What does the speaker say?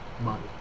money